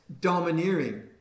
domineering